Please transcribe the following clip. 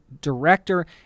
director